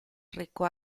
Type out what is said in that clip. recò